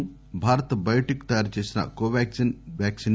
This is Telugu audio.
ను భారత్ బయోటెక్ తయారు చేసిన కోవాక్టిన్ వ్యాక్సీన్